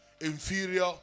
inferior